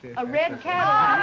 a red cadillac